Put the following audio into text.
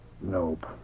Nope